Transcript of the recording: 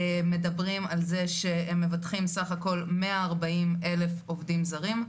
מדברים על זה שהם מבטחים סך הכל מאה ארבעים אלף עובדים זרים.